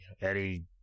Eddie